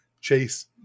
chase